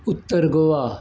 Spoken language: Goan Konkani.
उत्तर गोवा